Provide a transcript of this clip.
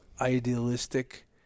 idealistic